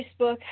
Facebook